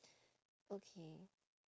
okay